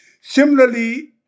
Similarly